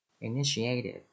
Initiative